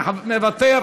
מוותר,